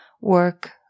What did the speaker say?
work